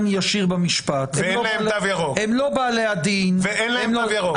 ישיר במשפט והם לא בעלי הדין -- ואין להם תו ירוק.